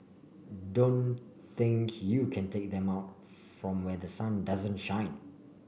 don't think you can take them out from where the sun doesn't shine